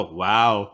wow